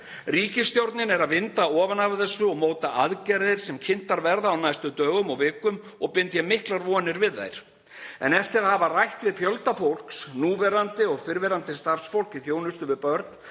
Ríkisstjórnin er að vinda ofan af þessu og móta aðgerðir sem kynntar verða á næstu dögum og vikum og bind ég miklar vonir við þær. En eftir að hafa rætt við fjölda fólks, núverandi og fyrrverandi starfsfólk í þjónustu við börn